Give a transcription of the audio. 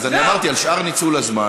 אז אני אמרתי על שאר ניצול הזמן,